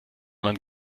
man